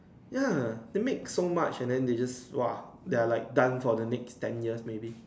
ya they make so much and then they just [wah] they are like done for the next ten years maybe